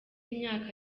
imyaka